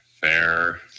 fair